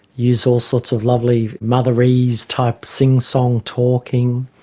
use all sorts of lovely mother-ese type sing-song talking.